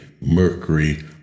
mercury